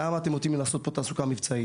למה אתם נותנים לי לעשות פה תעסוקה מבצעית,